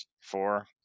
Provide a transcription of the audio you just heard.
four